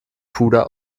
puder